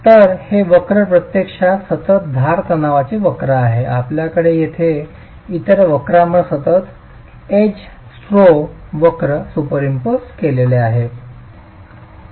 तर हे वक्र प्रत्यक्षात सतत धार तणावाचे वक्र आहेत आपल्याकडे येथे इतर वक्रांवर सतत σedge स्टोव्ह वक्र सुपरइम्पोज केलेले आहे